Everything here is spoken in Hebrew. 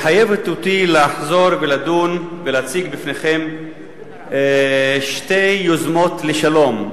מחייבת אותי לחזור ולדון ולהציג בפניכם שתי יוזמות לשלום.